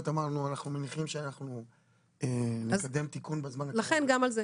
אמרנו, אנחנו מניחים שנקדם תיקון בזמן הקרוב.